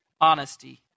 honesty